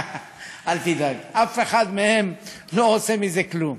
אל תדאג, אף אחד מהם לא עושה מזה כלום,